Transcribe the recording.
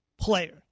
player